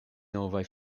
novaj